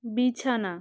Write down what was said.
বিছানা